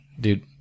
dude